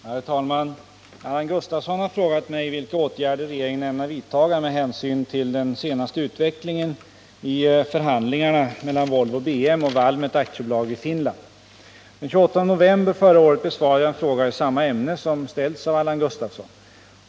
Herr talman! Allan Gustafsson har frågat mig vilka åtgärder regeringen ämnar vidta med hänsyn till den senaste utvecklingen i förhandlingarna mellan Volvo BM AB och Valmet AB i Finland. Den 28 november förra året besvarade jag en fråga i samma ämne, som ställts av Allan Gustafsson.